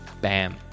bam